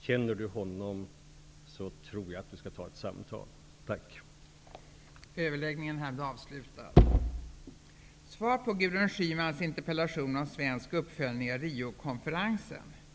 Känner Martin Nilsson honom, tycker jag att Martin Nilsson skall ha ett samtal med honom.